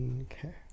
Okay